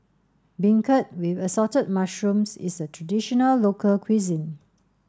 beancurd with assorted mushrooms is a traditional local cuisine